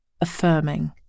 affirming